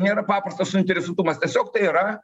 nėra paprastas suinteresuotumas tiesiog tai yra